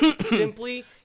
simply